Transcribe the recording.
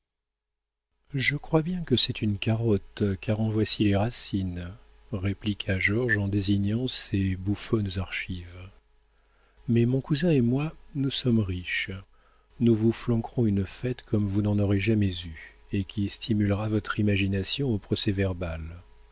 je crois bien que c'est une carotte car en voici les racines répliqua georges en désignant ces bouffonnes archives mais mon cousin et moi nous sommes riches nous vous flanquerons une fête comme vous n'en aurez jamais eu et qui stimulera votre imagination au